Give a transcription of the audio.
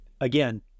Again